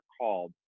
called